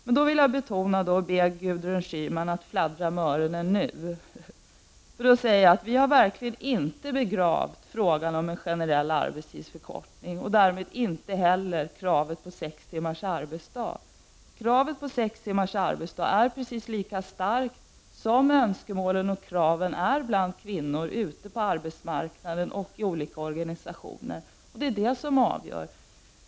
Och nu ber jag Gudrun Schyman att fladdra med öronen och lyssna: Vi har verkligen inte begravt frågan om en generell arbetstidsförkortning och därmed inte heller kravet på sex timmars arbetsdag. Kravet på sex timmars arbetsdag är precis lika starkt som önskemålen och kraven är bland kvinnor ute på arbetsmarknaden och i olika organisationer. Det är det som avgör.